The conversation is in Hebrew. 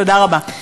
תודה רבה.